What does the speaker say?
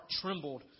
trembled